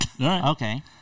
Okay